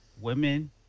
women